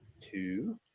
two